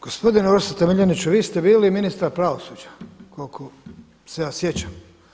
Gospodine Orsate Miljeniću vi ste bili ministar pravosuđa koliko se ja sjećam.